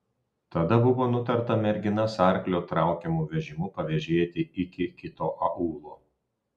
tada buvo nutarta merginas arklio traukiamu vežimu pavėžėti iki kito aūlo